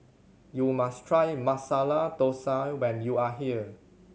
you must try Masala Thosai when you are here